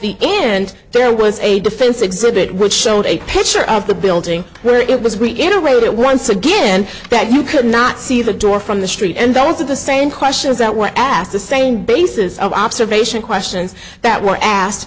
the end there was a defense exhibit which showed a picture of the building where it was we in a way that once again that you could not see the door from the street and the same questions that were asked the same basis of observation questions that were asked